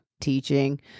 teaching